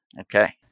okay